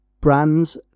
brands